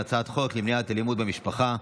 הצעת חוק למניעת אלימות במשפחה (תיקון,